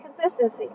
consistency